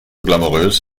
glamourös